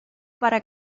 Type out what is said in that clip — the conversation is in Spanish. para